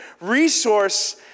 resource